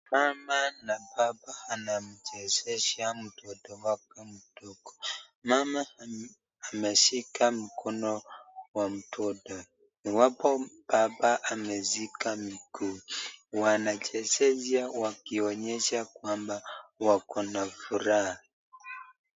Mama na baba wanamchezesha mtoto wao mdogo, mama ameshika mkono wa mtoto. Iwapo baba ameshika miguu, wanachezesha wakionyesha kwamba wako na furaha.